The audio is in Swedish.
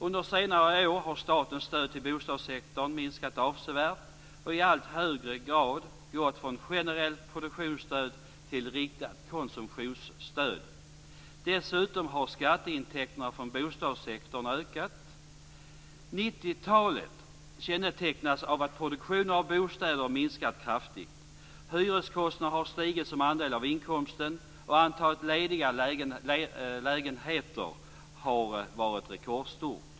Under senare år har statens stöd till bostadssektorn minskat avsevärt och i allt högre grad gått från generellt produktionsstöd till riktat konsumtionsstöd. Dessutom har skatteintäkterna från bostadssektorn ökat. 1990-talet kännetecknas av att produktionen av bostäder minskat kraftigt, hyreskostnaderna har stigit som andel av inkomsten och av att antalet lediga lägenheter har varit rekordstort.